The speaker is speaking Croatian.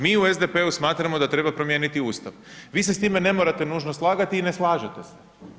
Mi u SDP-u smatramo da treba promijeniti ustav, vi se s time ne morate nužno slagati i ne slažete se.